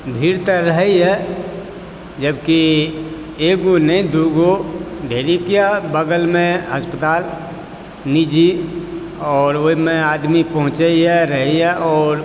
भीड़ तऽ रहयए जबकि एगो नहि दू गो ढेरिकए बगलमे हस्पताल निजी आओर ओहिमे आदमी पहुँचैत यऽ रहै यऽ आओर